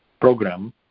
program